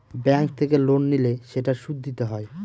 bank থেকে loan নিলে সেটার সুদ দিতে হয়